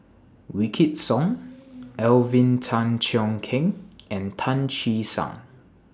Wykidd Song Alvin Tan Cheong Kheng and Tan Che Sang